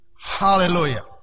Hallelujah